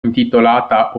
intitolata